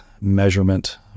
measurement